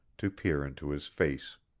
to peer into his face.